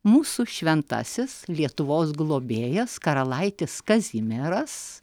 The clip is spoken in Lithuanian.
mūsų šventasis lietuvos globėjas karalaitis kazimieras